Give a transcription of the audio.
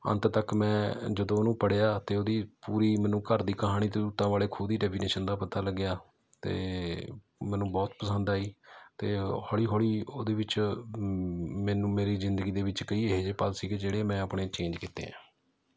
ਅੰਤ ਤੱਕ ਮੈਂ ਜਦੋਂ ਉਹਨੂੰ ਪੜ੍ਹਿਆ ਅਤੇ ਉਹਦੀ ਪੂਰੀ ਮੈਨੂੰ ਘਰ ਦੀ ਕਹਾਣੀ ਅਤੇ ਤੂਤਾਂ ਵਾਲੇ ਖੂਹ ਦੀ ਡੈਫੀਨੇਸ਼ਨ ਦਾ ਪਤਾ ਲੱਗਿਆ ਅਤੇ ਮੈਨੂੰ ਬਹੁਤ ਪਸੰਦ ਆਈ ਅਤੇ ਹੌਲੀ ਹੌਲੀ ਉਹਦੇ ਵਿੱਚ ਮੈਨੂੰ ਮੇਰੀ ਜ਼ਿੰਦਗੀ ਦੇ ਵਿੱਚ ਕਈ ਇਹ ਜਿਹੇ ਪਲ ਸੀਗੇ ਜਿਹੜੇ ਮੈਂ ਆਪਣੇ ਚੇਂਜ ਕੀਤੇ ਹੈ